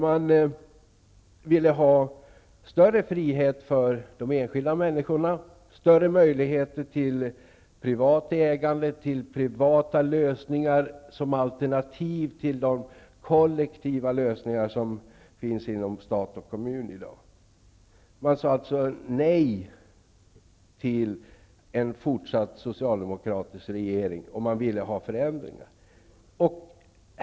De ville ha större frihet för de enskilda människorna, större möjligheter till privat ägande och lösningar som alternativ till de kollektiva lösningar som finns inom stat och kommun i dag. De sade nej till en fortsatt socialdemokratisk regering och ville i stället ha förändringar.